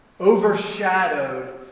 overshadowed